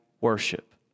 worship